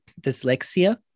dyslexia